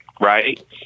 right